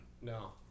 No